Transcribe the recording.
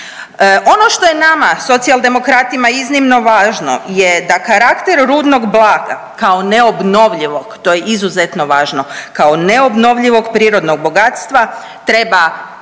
Ono što je nama Socijaldemokratima iznimno važno je da karakter rudnog blaga kao neobnovljivo, to je izuzetno važno, kao neobnovljivog prirodnog bogatstva treba prolaziti